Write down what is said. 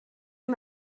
amb